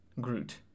Groot